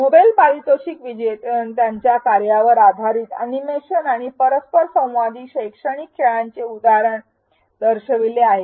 Nobel पारितोषिक विजेत्यांचा कार्यावर आधारित अॅनिमेशन आणि परस्परसंवादी शैक्षणिक खेळांचे उदाहरण दर्शविलेले आहे